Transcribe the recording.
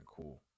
cool